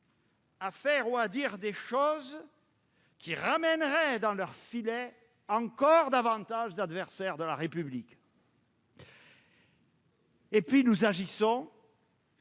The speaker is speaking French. à faire ou à dire des choses qui ramèneraient dans leurs filets encore davantage d'adversaires de la République. Nous agissons